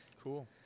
Cool